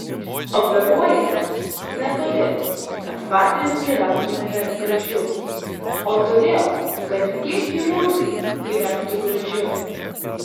operuojatės ne todėl kad patys gyventumėte gražiau o todėl kad tie chirurgai gyventų gražiau